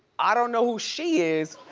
i don't know who she is,